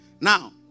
Now